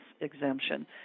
exemption